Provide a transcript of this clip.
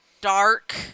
dark